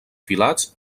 filats